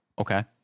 Okay